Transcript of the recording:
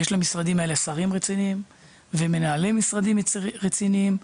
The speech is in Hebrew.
למשרדים האלה יש שרים רציניים ומנהלי משרדי רציניים,